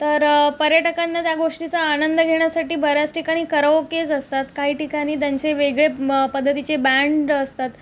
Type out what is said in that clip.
तर पर्यटकांना त्या गोष्टीचा आनंद घेण्यासाठी बऱ्याच ठिकाणी कराओकेज असतात काही ठिकाणी त्यांचे वेगळे पद्धतीचे बँड असतात